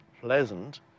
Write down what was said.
pleasant